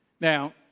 Now